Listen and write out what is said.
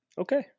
Okay